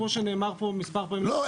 כמו שנאמר פה מספר פעמים --- לא,